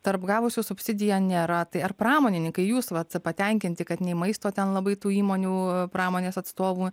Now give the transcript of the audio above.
tarp gavusių subsidiją nėra tai ar pramonininkai jūs vat patenkinti kad nei maisto ten labai tų įmonių pramonės atstovų